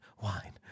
wine